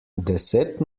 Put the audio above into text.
deset